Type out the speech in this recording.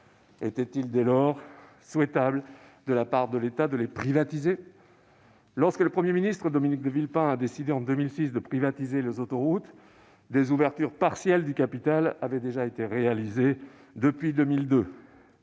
Était-il dès lors souhaitable de la part de l'État de les privatiser ? Lorsque le Premier ministre Dominique de Villepin a décidé, en 2006, de privatiser les autoroutes, des ouvertures partielles du capital avaient déjà été réalisées depuis 2002.